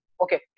Okay